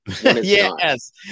yes